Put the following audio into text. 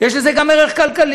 יש לזה גם ערך כלכלי.